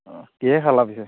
কিহেৰে খালা পিছে